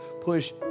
Push